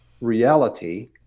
reality